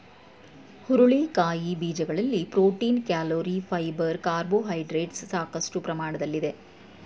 ಹುರುಳಿಕಾಯಿ ಬೀಜಗಳಲ್ಲಿ protein, calorie, fibre carbohydrates ಸಾಕಷ್ಟು ಪ್ರಮಾಣದಲ್ಲಿದೆ